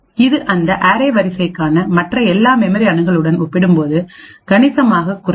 இது அந்த அரே வரிசைக்கான மற்ற எல்லாமெமரி அணுகல்களுடன் ஒப்பிடும்போது கணிசமாகக் குறைவு